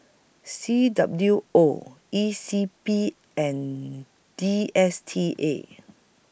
C W O E C P and D S T A